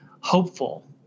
hopeful